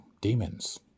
demons